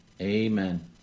Amen